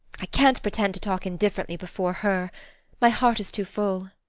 i can't pretend to talk indifferently before her my heart is too full.